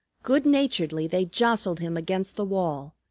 good-naturedly they jostled him against the wall,